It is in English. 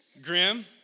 Grim